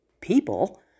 people